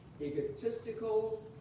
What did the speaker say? egotistical